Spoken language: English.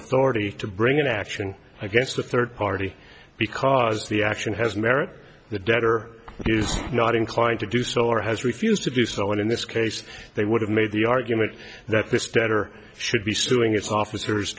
authority to bring an action against a third party because the action has merit the debtor is not inclined to do so or has refused to do so and in this case they would have made the argument that this debtor should be suing its officers